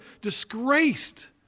disgraced